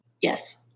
yes